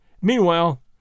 Meanwhile